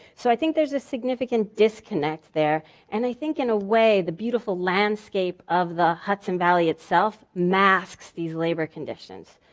so i think there's a significant disconnect there and i think in a way, the beautiful landscape of the hudson valley itself masks these labor conditions.